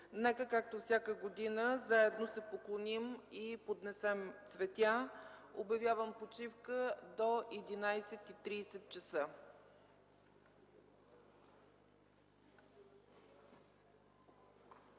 Нека, както всяка година, заедно се поклоним и поднесем цветя. Обявявам почивка до 11.30 ч.